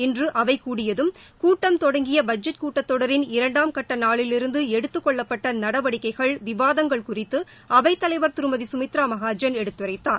இன்று அவை கூடியதும் கூட்டம் தொடங்கிய பட்ஜெட் கூட்டத்தொடரின் இரண்டாம் கட்ட நாளிலிருந்து எடுத்துக் கொள்ளப்பட்ட நடவடிக்கைகள் விவாதங்கள் குறித்து அவைத்தலைவர் திருமதி சுமித்ரா மாகாஜன் எடுத்துரைத்தார்